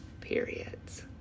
periods